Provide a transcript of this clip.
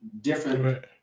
different